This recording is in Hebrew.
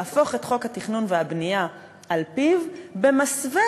להפוך את חוק התכנון והבנייה על פיו במסווה